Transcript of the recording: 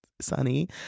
sunny